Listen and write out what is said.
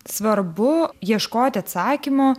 svarbu ieškoti atsakymo